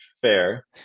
fair